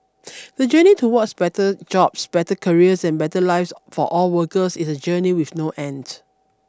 the journey towards better jobs better careers and better lives for all workers is a journey with no end